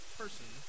person